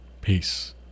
Peace